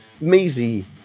Maisie